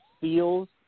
feels